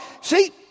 See